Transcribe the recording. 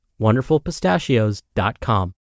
WonderfulPistachios.com